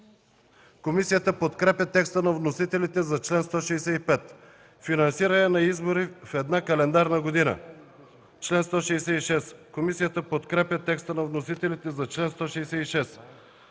Комисията подкрепя текста на вносителите за чл. 165. „Финансиране на избори в една календарна година” – чл. 166. Комисията подкрепя текста на вносителите за чл. 166.